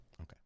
Okay